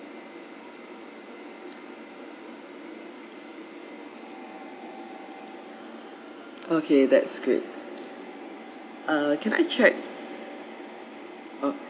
okay that's great ah can I check